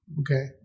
okay